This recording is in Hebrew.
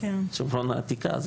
שומרון העתיקה.